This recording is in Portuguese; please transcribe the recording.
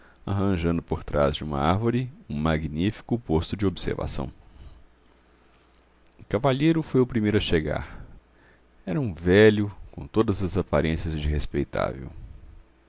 arranjando por trás de uma árvore um magnífico posto de observação o cavalheiro foi o primeiro a chegar era um velho com todas as aparências de respeitável